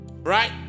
right